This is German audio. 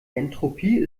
entropie